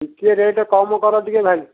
ଟିକିଏ ରେଟ୍ କମ୍ କର ଟିକିଏ ଭାଇ